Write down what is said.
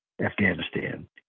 Afghanistan